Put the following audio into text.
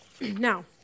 now